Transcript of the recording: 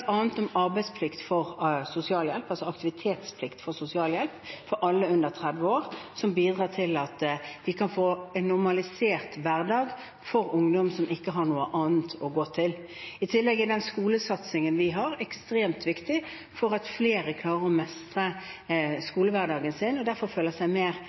aktivitetsplikt for sosialhjelp for alle under 30 år, som bidrar til at vi kan få en normalisert hverdag for ungdom som ikke har noe annet å gå til. I tillegg er den skolesatsingen vi har, ekstremt viktig for at flere skal klare å